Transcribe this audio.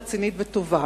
רצינית וטובה.